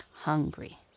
hungry